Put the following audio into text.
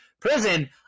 Prison